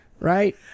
right